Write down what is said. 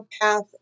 path